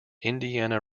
indiana